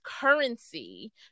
currency